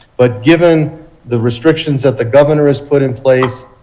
but given the restrictions that the governor has put in place.